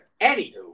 Anywho